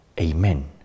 Amen